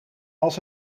als